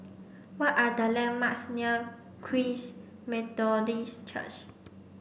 what are the landmarks near Christ Methodist Church